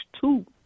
two